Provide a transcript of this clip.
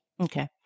Okay